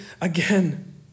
again